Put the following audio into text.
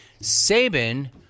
Saban